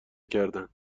کردند